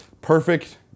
perfect